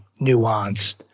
nuanced